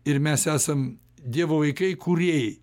ir mes esam dievo vaikai kūrėjai